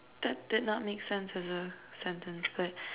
that did not make sense as a sentence but